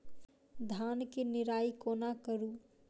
धान केँ निराई कोना करु?